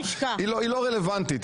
היא לא רלוונטית.